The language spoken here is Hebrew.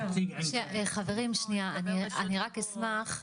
אני רק אשמח,